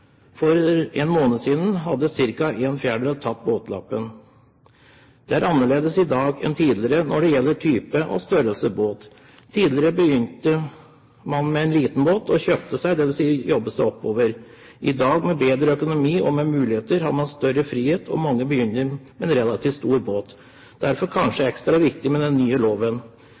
For én måned siden hadde ca. en fjerdedel tatt båtlappen. Det er annerledes i dag enn tidligere når det gjelder type og størrelse på båt. Tidligere begynte man med en liten båt og kjøpte seg – dvs. jobbet seg – oppover. I dag, med bedre økonomi og muligheter, har man større frihet, og mange begynner med en relativt stor båt. Derfor er det kanskje ekstra viktig med den nye loven.